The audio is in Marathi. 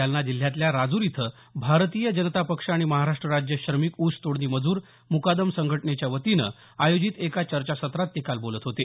जालना जिल्ह्यातल्या राजूर इथं भारतीय जनता पक्ष आणि महाराष्ट्र राज्य श्रमिक ऊसतोडणी मजूर मुकादम संघटनेच्या वतीनं आयोजित एका चर्चासत्रात ते काल बोलत होते